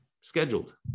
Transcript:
scheduled